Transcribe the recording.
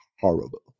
horrible